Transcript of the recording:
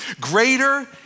Greater